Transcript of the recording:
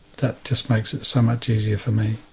that just makes it so much easier for me.